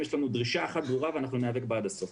יש לנו דרישה אחת ברורה ואנחנו ניאבק בה עד הסוף.